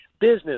business